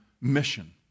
mission